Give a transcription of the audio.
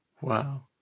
Wow